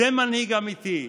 זה מנהיג אמיתי,